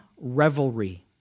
revelry